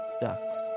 Ducks